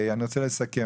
אני רוצה לסכם.